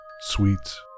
sweets